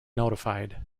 notified